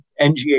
NGA